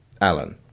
Alan